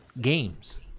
games